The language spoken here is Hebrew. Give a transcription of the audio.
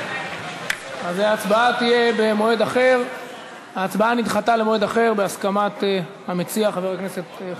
אבל גם הצד של איכות והספק מקום העבודה.